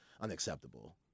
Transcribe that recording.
unacceptable